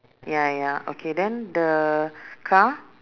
ya ya okay then the car